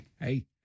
hey